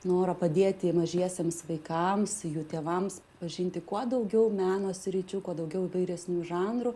norą padėti mažiesiems vaikams jų tėvams pažinti kuo daugiau meno sričių kuo daugiau įvairesnių žanrų